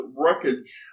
wreckage